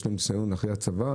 יש להם ניסיון אחרי צבא,